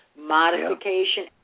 modification